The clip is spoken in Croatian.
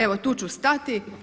Evo, tu ću stati.